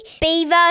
beaver